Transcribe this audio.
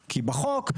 בחוק,